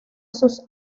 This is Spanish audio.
sus